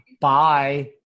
Bye